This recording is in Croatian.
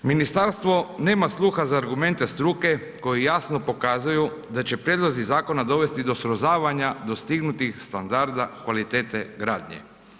Ministarstvo nema sluha za argumente struke koji jasno pokazuju da će prijedlozi zakona dovesti do srozavanja dostignutih standarda kvalitete gradnje.